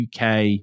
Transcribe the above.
UK